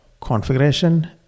configuration